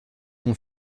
son